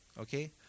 Okay